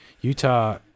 Utah